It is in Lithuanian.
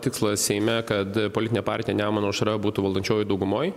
tikslas seime kad politinė partija nemuno aušra būtų valdančiojoj daugumoj